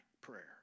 prayer